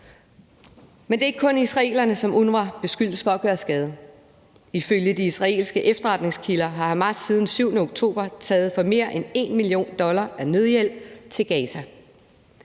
Men det er ikke kun israelerne, som UNRWA beskyldes for at gøre skade på. Ifølge de israelske efterretningskilder har Hamas siden den 7. oktober taget mere end 1 mio. dollars af nødhjælpen til Gaza.